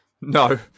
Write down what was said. No